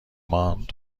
ماند